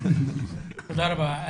תודה רבה.